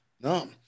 No